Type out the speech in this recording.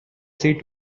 seat